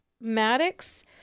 Maddox